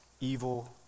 evil